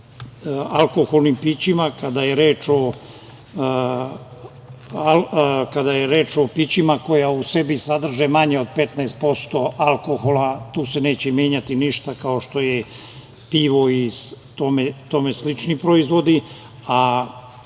u alkoholnim pićima. Kada je reč o pićima koja u sebi sadrže manje od 15% alkohola, tu se neće menjati ništa, kao što je pivo i tome slični proizvodi, a